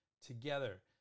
Together